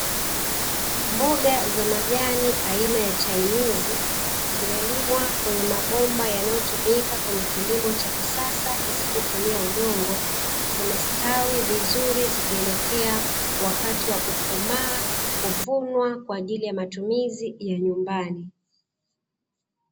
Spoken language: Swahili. Mboga za majani aina ya chainizi zimelimwa kwenye mabomba yanayotumika kwenye kilimo cha kisasa kisichotumia udongo. Zimestawi vizuri zikielekea wakati wa kukomaa, kuvunwa kwa ajili ya matumizi ya nyumbani.